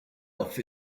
off